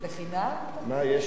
הוא איש